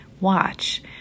watch